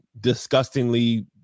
disgustingly